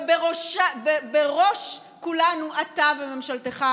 ובראש כולנו אתה וממשלתך,